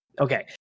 Okay